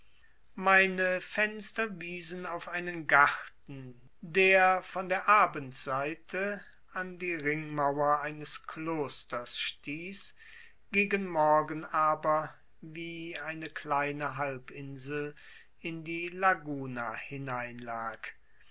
meine fenster wiesen auf einen garten der von der abendseite an die ringmauer eines klosters stieß gegen morgen aber wie eine kleine halbinsel in die laguna hineinlag